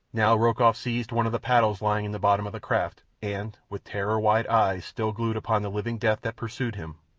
now rokoff seized one of the paddles lying in the bottom of the craft, and, with terrorwide eyes still glued upon the living death that pursued him,